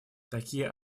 такие